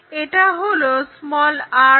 এটা হলো r1